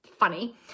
funny